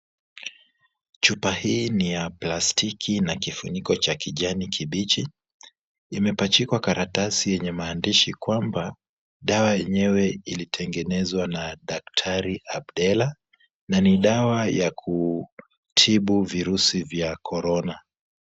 Chupa hii ni ya plastiki. Ina kifuniko cha kijani kibichi. Imepachikwa karatasi yenye maandishi kwamba dawa yenyewe ilitengenezwa na daktari Abdela na ni dawa ya kutibu virusi vya Corona.